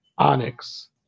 onyx